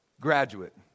graduate